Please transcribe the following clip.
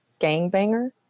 gangbanger